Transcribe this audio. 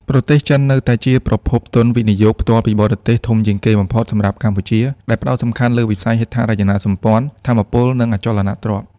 ប្រទេសចិននៅតែជាប្រភពទុន វិនិយោគផ្ទាល់ពីបរទេស ធំជាងគេបំផុតសម្រាប់កម្ពុជា ដែលផ្ដោតសំខាន់លើវិស័យហេដ្ឋារចនាសម្ព័ន្ធ ថាមពល និងអចលនទ្រព្យ។